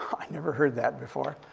i never heard that before.